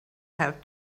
have